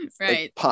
right